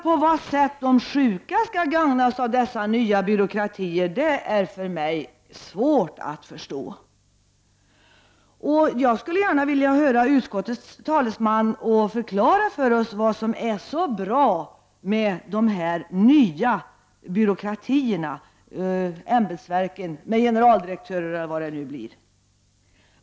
På vad sätt de sjuka gagnas av dessa nya byråkratier är för mig svårt att förstå. Jag skulle vilja att utskottets talesman förklarar för oss vad som är så bra med de nya byråkratierna, det nya ämbetsverket, generaldirektörerna eller vad det nu blir.